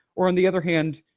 or on the other hand,